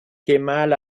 kemal